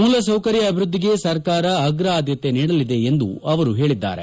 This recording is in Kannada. ಮೂಲಸೌಕರ್ಯ ಅಭಿವೃದ್ದಿಗೆ ಸರ್ಕಾರ ಅಗ್ರ ಆದ್ಲತೆ ನೀಡಲಿದೆ ಎಂದು ಅವರು ಹೇಳಿದ್ದಾರೆ